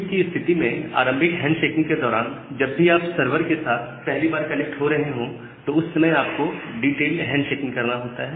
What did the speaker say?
quick की स्थिति में आरंभिक हैंड शेकिंग के दौरान जब भी आप सर्वर के साथ पहली बार कनेक्ट हो रहे हैं तो उस समय पर आपको डिटेल्ड हैंड शेकिंग करना होता है